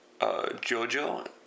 jojo